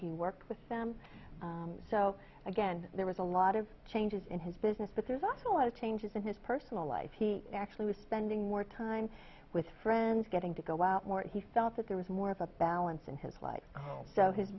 he worked with them so again there was a lot of changes in his business but there's also a lot of changes in his personal life he actually was spending more time with friends getting to go out more he felt that there was more of a balance in his life so his